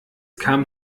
kam